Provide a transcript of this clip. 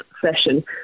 session